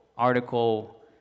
Article